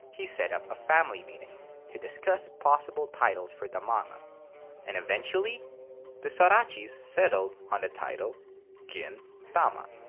he set up a family meeting to discuss possible titles for the manga and eventually the sorachis settled on the title gin tama.